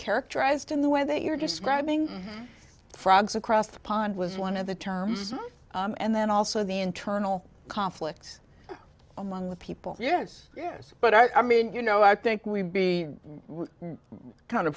characterized in the way that you're describing frogs across the pond was one of the terms and then also the internal conflicts among the people yes yes but i mean you know i think we'd be kind